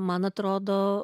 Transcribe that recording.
man atrodo